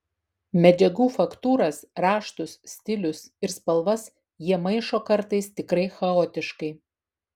medžiagų faktūras raštus stilius ir spalvas jie maišo kartais tikrai chaotiškai